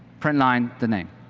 print line, the name,